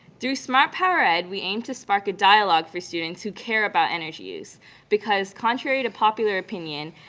through smartpowered we aim to spark a dialogue for students who care about energy use because contrary to popular opinion,